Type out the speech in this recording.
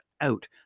out